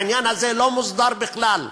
העניין הזה לא מוסדר בכלל.